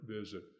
visit